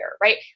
right